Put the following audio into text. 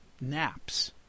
naps